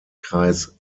kreis